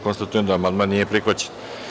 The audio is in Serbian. Konstatujem da amandman nije prihvaćen.